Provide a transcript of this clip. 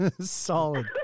Solid